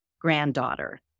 granddaughter